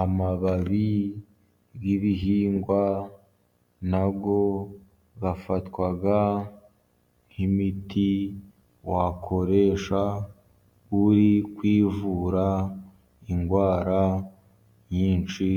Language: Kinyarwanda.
Amababi y'ibihingwa, nayo afatwa nk'imiti wakoresha, uri kwivura indwara nyinshi